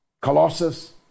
colossus